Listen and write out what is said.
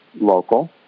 local